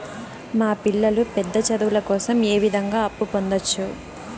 మా పిల్లలు పెద్ద చదువులు కోసం ఏ విధంగా అప్పు పొందొచ్చు?